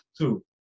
two